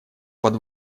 под